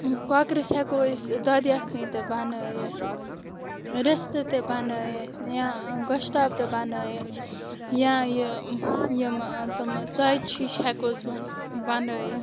کۄکرَس ہٮ۪کَو أسۍ دۄدٕ یَکھٕنۍ تہِ بنٲیِتھ رِستہٕ تہِ بنٲیِتھ یا گۄشتاب تہِ بنٲیِتھ یا یہِ یِمہٕ تِمہٕ ژۄچہِ ہِش ہٮ۪کہٕ ہوس بَن بنٲیِتھ